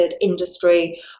industry